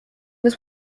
was